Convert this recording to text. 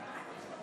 (קורא בשמות חברי הכנסת)